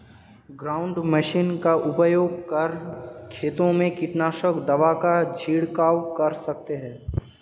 ground machine का उपयोग कर खेतों में कीटनाशक दवा का झिड़काव कर सकते है